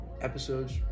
episodes